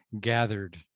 gathered